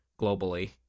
globally